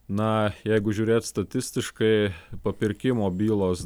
na jeigu žiūrėt statistiškai papirkimo bylos